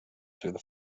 through